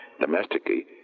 domestically